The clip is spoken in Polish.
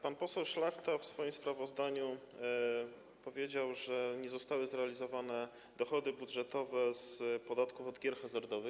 Pan poseł Szlachta w swoim sprawozdaniu powiedział, że nie zostały zrealizowane dochody budżetowe z podatków od gier hazardowych.